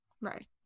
Right